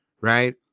right